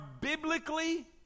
biblically